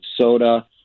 soda